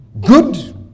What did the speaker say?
Good